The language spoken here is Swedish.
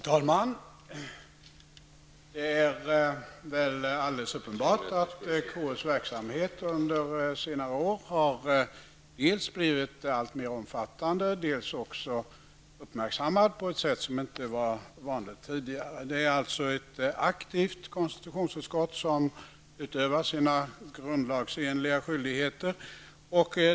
Fru talman! Det är alldeles uppenbart att KUs verksamhet under senare år dels har blivit alltmer omfattande, dels har uppmärksammats på ett sätt som inte var vanligt tidigare. Det är alltså ett aktivt konstitutionsutskott som utövar sina grundlagsenliga skyldigheter.